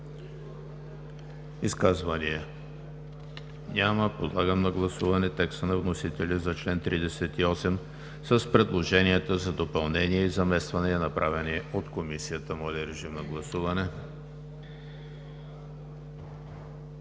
Изказвания? Няма. Подлагам на гласуване текста на вносителя за чл. 38 с предложенията за допълнение и замествания, направени от Комисията. Гласували